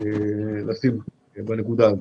לשים בנקודה הזו.